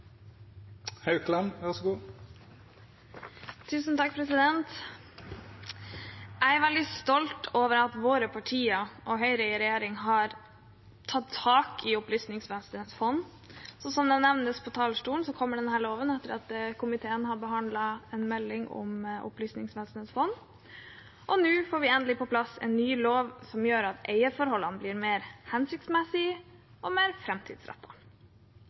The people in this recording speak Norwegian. i justiskomiteen, så vidt jeg vet – hvis ikke ligger det der fremdeles. Jeg tar herved opp de forslagene Arbeiderpartiet er en del av i saken. Representanten Kari Henriksen har teke opp dei forslaga ho refererte til. Jeg er veldig stolt over at våre partier og Høyre i regjering har tatt tak i Opplysningsvesenets fond. Som det nevnes fra talerstolen, kommer denne loven etter at komiteen har behandlet en melding om Opplysningsvesenets fond, og nå får